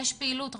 יש פעילות,